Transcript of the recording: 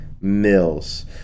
Mills